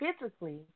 physically